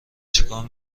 چیکار